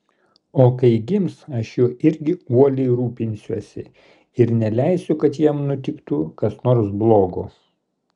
o kai gims aš juo irgi uoliai rūpinsiuosi ir neleisiu kad jam nutiktų kas nors blogo